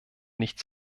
nicht